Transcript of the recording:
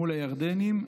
מול הירדנים,